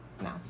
No